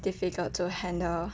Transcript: difficult to handle